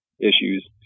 issues